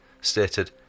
stated